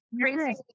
crazy